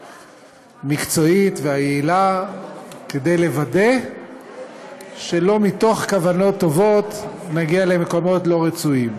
המקצועית והיעילה לוודא שמתוך כוונות טובות לא נגיע למקומות לא רצויים.